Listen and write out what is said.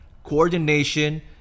coordination